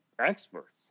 experts